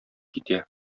китә